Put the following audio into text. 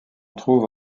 trouve